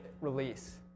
release